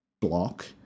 block